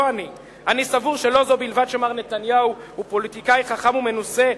לא אני: אני סבור שלא זו בלבד שמר נתניהו הוא פוליטיקאי חכם ומנוסה,